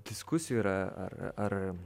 diskusijų yra ar ar